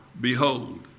behold